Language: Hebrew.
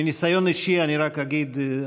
מניסיון אישי אני רק אגיד,